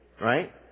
Right